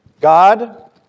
God